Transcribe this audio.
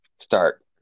start